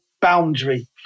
boundary